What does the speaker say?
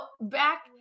back